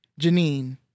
Janine